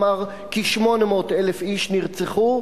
אמר כי 800,000 איש נרצחו,